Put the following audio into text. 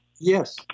Yes